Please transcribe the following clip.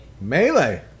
Melee